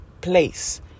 place